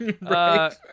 Right